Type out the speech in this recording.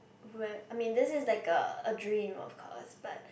when I mean this is like a a dream of course but